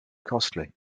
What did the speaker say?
costly